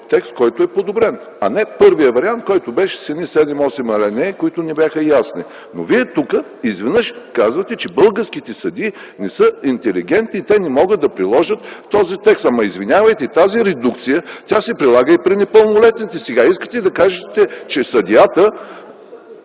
текст е подобрен, а не е първият вариант – той имаше 7-8 алинеи, които не бяха ясни. Вие тук изведнъж казвате, че българските съдии не са интелигентни и не могат да приложат този текст. Извинявайте, но тази редукция се прилага и при непълнолетните. Искате да кажете, че съдията ...